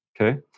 okay